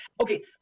okay